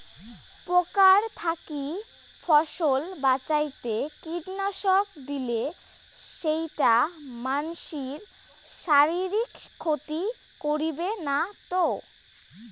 পোকার থাকি ফসল বাঁচাইতে কীটনাশক দিলে সেইটা মানসির শারীরিক ক্ষতি করিবে না তো?